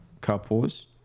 couples